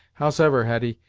howsever hetty,